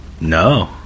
no